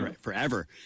forever